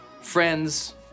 friends